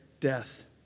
death